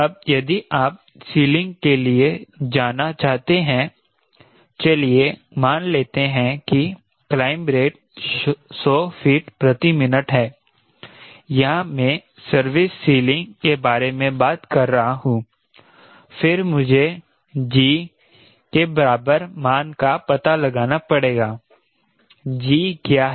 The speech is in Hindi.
अब यदि आप सीलिंग के लिए जाना चाहते हैं चलिए मान लेते हैं कि क्लाइंब रेट 100 फीट प्रति मिनट है यहां मे सर्विस सीलिंग के बारे में बात कर रहा हूं फिर मुझे G के बराबर मान का पता लगाना पड़ेगा G क्या है